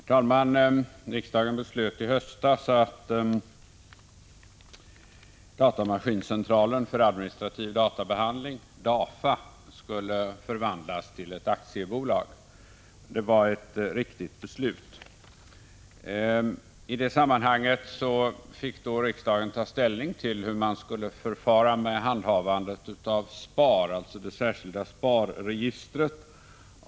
Herr talman! Riksdagen beslöt i höstas att datamaskincentralen för administrativ databehandling skulle förvandlas till ett aktiebolag. Det var ett riktigt beslut. I det sammanhanget fick riksdagen ta ställning till hur man skulle förfara med handhavandet av SPAR, det särskilda sparregistret.